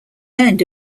earned